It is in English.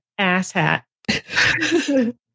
asshat